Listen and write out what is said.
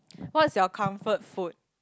what's your comfort food